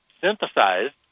synthesized